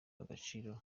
agaciro